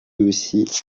aussi